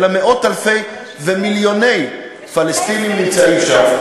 אלא מאות-אלפי ומיליוני פלסטינים נמצאים שם.